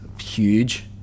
huge